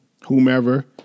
whomever